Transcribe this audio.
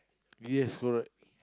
yes correct